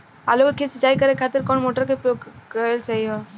आलू के खेत सिंचाई करे के खातिर कौन मोटर के प्रयोग कएल सही होई?